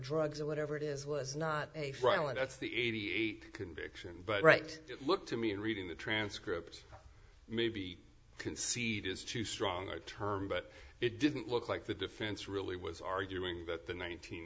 drugs or whatever it is was not a fraudulent it's the eighty eight conviction but right it looked to me in reading the transcript maybe concede is too strong a term but it didn't look like the defense really was arguing that the nine